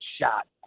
shot